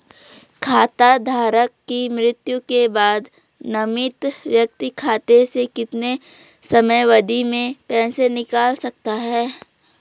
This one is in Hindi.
खाता धारक की मृत्यु के बाद नामित व्यक्ति खाते से कितने समयावधि में पैसे निकाल सकता है?